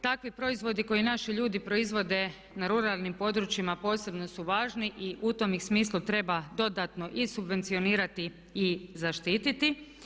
Takvi proizvodi koje naši ljudi proizvode na ruralnim područjima posebno su važni i u tome ih smislu treba dodatno i subvencionirati i zaštiti.